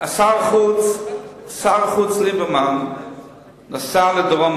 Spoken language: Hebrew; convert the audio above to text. יעקב ליצמן (יהדות התורה): שר החוץ ליברמן נסע לדרום-אמריקה,